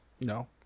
No